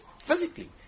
physically